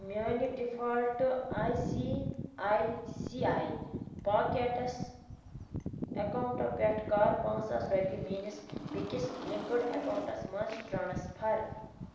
میٛانہِ ڈِفالٹہٕ I C I C I پاکٮ۪ٹَس ایکاوُنٛٹو پٮ۪ٹھ کَر پانٛژھ ساس رۄپیہِ میٛٲنِس بیٚیِس لِنکٕڈ ایکاوُنٛٹَس منٛز ٹرٛانٕسفَر